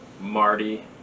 Marty